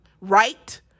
right